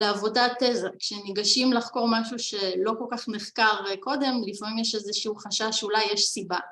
‫לעבודת תזה, כשניגשים לחקור משהו ‫שלא כל כך נחקר קודם, ‫לפעמים יש איזשהו חשש ‫אולי יש סיבה.